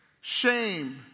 shame